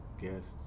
guests